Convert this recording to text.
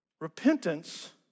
Repentance